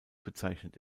bezeichnet